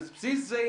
על בסיס זה,